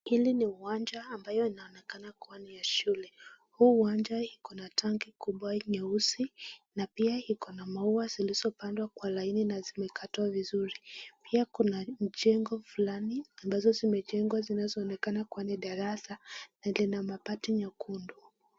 Hili ni uwanja ambayo inaonekana kuwa ni ya shule. Huu uwanja iko na tanki kubwa nyeusi na pia iko na maua zilizopandwa kwa laini na zimekatwa vizuri. Pia kuna jengo fulani ambazo zimejengwa zinazoonekana kuwa ni darasa na lina mabati nyekundu.